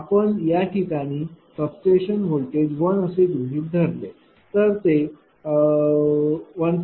आपण याठिकाणी substation voltage 1 असे गृहित धरले आहे तर ते 1